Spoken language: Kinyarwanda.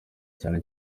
cyane